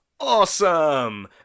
awesome